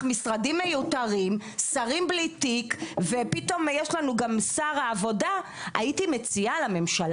במשבר האקלים ובהשפעות הבריאותיות של המשבר